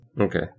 Okay